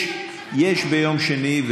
יש ביום שני.